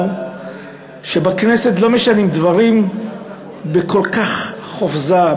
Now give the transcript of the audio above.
שבכנסת לא משנים דברים בכזאת חופזה,